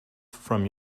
from